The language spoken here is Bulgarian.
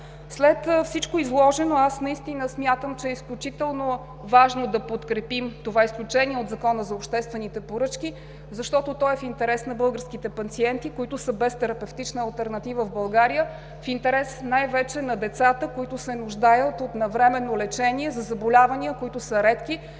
След всичко изложено, наистина смятам, че е изключително важно да подкрепим това изключение от Закона за обществените поръчки, защото то е в интерес на българските пациенти, които са без терапевтична алтернатива в България. В интерес е най-вече на децата, които се нуждаят от навременно лечение на редки заболявания, за които трудно